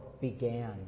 began